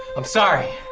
i'm sorry!